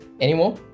Anymore